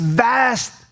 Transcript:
vast